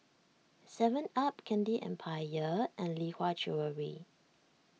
Seven Up Candy Empire and Lee Hwa Jewellery